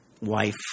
wife